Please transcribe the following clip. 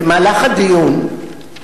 במהלך הדיון,